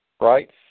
right